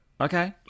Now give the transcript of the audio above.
okay